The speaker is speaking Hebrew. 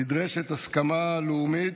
נדרשת הסכמה לאומית.